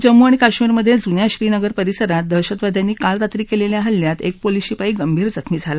जम्मू आणि काश्मीरमध्ये जुन्या श्रीनगर परिसरात दहशतवाद्यांनी काल रात्री केलेल्या हल्ल्यात एक पोलीस शिपाई गंभीर जखमी झाला